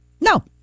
No